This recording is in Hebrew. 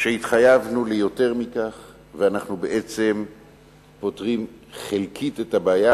שהתחייבנו ליותר מכך ואנחנו בעצם פותרים חלקית את הבעיה,